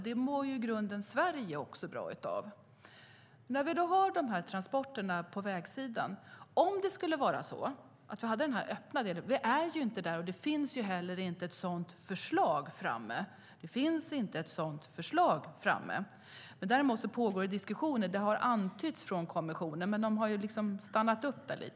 Det mår i grunden också Sverige bra av. Nu handlar det om transporterna på vägsidan. Vi har inte den öppna delen. Vi är inte där, och det finns inte heller något sådant förslag framme. Däremot pågår det diskussioner, och det har gjorts antydningar från kommissionen. Men de har stannat upp lite grann.